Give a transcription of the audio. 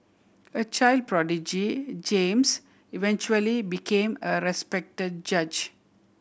a child prodigy James eventually became a respect judge